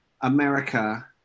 America